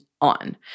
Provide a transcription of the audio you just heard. on